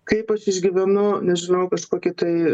kaip aš išgyvenu nežinau kažkokį tai